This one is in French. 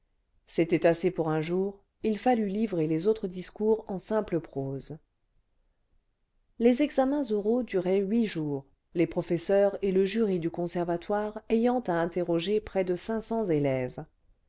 c'était assez pour un jour il fallut livrer les autres discours en simple prose les examens oraux duraient huit jours les professeurs et le jury du conservatoire ayant à interroger près cle cinq cents élèves